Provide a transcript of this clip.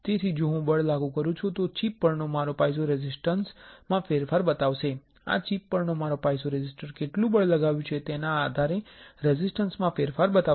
તેથી જો હું બળ લાગુ કરું છું તો ચિપ પરનો મારો પાઇઝોરેઝિસ્ટર રેઝિસ્ટન્સ માં ફેરફાર બતાવશે આ ચિપ પરનો મારો પાઇઝોરેઝિસ્ટર કેટલું બળ લગાવ્યૂ છે તેના આધારે રેઝિસ્ટન્સ માં ફેરફાર બતાવશે